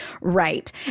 right